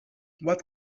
what